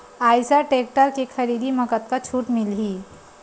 Eicher tractor के खरीदी म कतका छूट मिलही?